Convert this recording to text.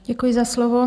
Děkuji za slovo.